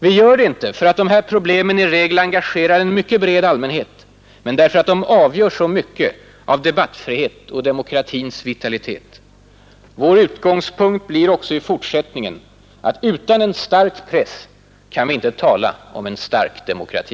Vi gör det inte för att de här problemen i regel engagerar en mycket bred allmänhet men därför att de avgör så mycket av debattfrihet och demokratins vitalitet. Vår utgångspunkt blir också i fortsättningen att utan en stark press kan vi inte tala om en stark demokrati.